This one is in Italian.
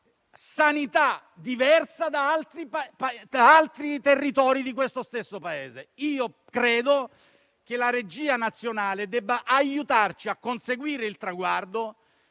sanità diverse da altri territori di questo stesso Paese. Credo che la regia nazionale debba aiutarci a conseguire il traguardo